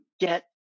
get